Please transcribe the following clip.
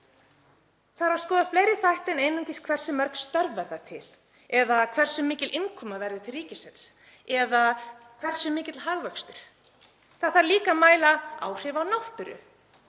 þarf að skoða fleiri þætti en einungis hversu mörg störf verða til eða hversu mikil innkoman verður til ríkisins eða hversu mikill hagvöxtur. Það þarf líka að mæla áhrif á náttúru,